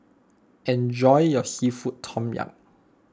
enjoy your Seafood Tom Yum